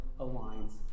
aligns